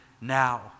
now